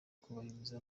kubahiriza